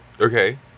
Okay